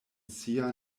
sia